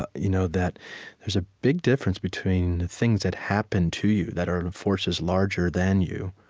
but you know that there's a big difference between things that happen to you, that are forces larger than you.